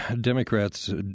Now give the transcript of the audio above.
Democrats